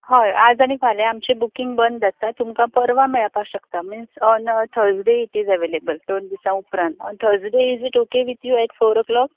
हय आयज आनी फाल्यां आमची बुकींग बंद आसा तुमका परवां मेळपाक शकता means on Thursday it is available दोन दिसा उपरांत Thursday is it okay with you at four a clock